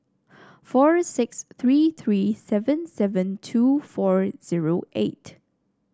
four six three three seven seven two four zero eight